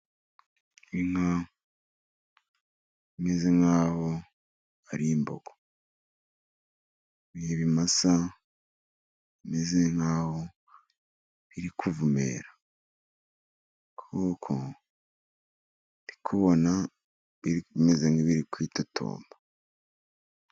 Inka imeze nkaho ari imbogo, ni ibimasa bimeze nkaho biri kuvumera, kuko ndikubona bimeze nk'ibiri kwitotomba.